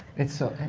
it's so